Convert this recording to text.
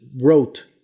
wrote